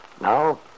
Now